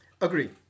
Agree